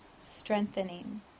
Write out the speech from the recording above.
strengthening